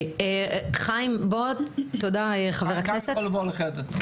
תודה חבר הכנסת.